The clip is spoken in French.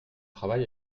travail